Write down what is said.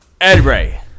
EdRay